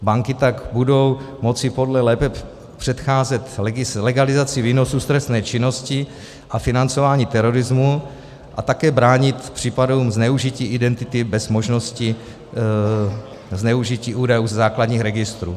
Banky tak budou moci lépe předcházet legalizaci výnosů z trestné činnosti a financování terorismu a také bránit případům zneužití identity bez možnosti zneužití údajů ze základních registrů.